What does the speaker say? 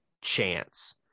chance